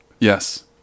Yes